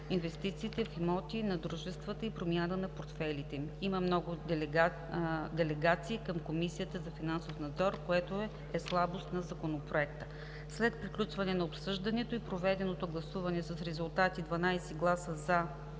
инвестициите в имоти на дружествата и промяна на портфейлите им. Има много делегации към Комисията за финансов надзор, което е слабост на Законопроекта. След приключване на обсъждането и проведеното гласуване с резултати: 12 гласа